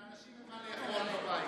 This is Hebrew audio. לאנשים אין מה לאכול בבית.